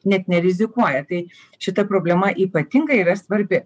net nerizikuoja tai šita problema ypatingai yra svarbi